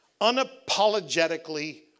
unapologetically